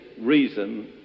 reason